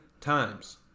times